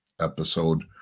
episode